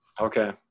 Okay